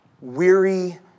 weary